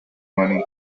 money